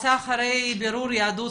שלאחר שעשה בירור יהדות,